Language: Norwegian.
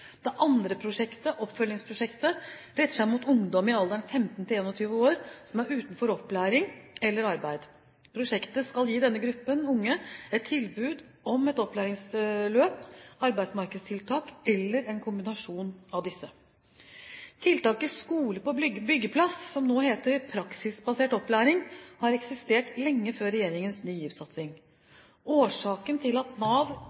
Det andre prosjektet, Oppfølgingsprosjektet, retter seg mot ungdom i alderen 15–21 år som er utenfor opplæring eller arbeid. Prosjektet skal gi denne gruppen unge et tilbud om et opplæringsløp, arbeidsmarkedstiltak eller en kombinasjon av disse. Tiltaket Skole på byggeplass, som nå heter Praksisbasert opplæring, har eksistert lenge før regjeringens Ny GIV-satsing. Årsaken til at Nav